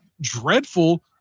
dreadful